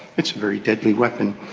it's a very deadly weapon.